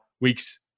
weeks